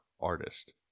artist